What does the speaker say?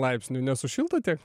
laipsnių nesušiltų tiek